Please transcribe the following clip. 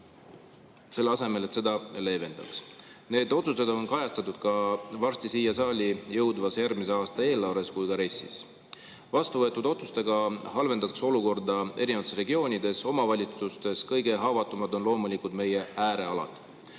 selle asemel, et seda leevendada. Need otsused kajastuvad nii varsti siia saali jõudvas järgmise aasta eelarves kui ka RES-is. Vastu võetud otsustega halvendatakse olukorda eri regioonides ja omavalitsustes. Kõige haavatavamad on loomulikult meie äärealad.